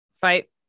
Fight